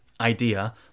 idea